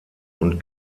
und